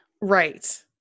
Right